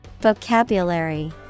Vocabulary